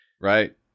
Right